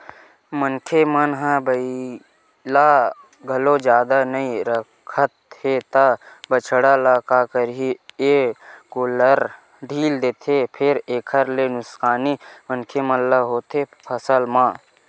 मनखे मन ह बइला घलोक जादा नइ राखत हे त बछवा ल का करही ए गोल्लर ढ़ील देथे फेर एखर ले नुकसानी मनखे मन ल होथे फसल म